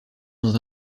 dans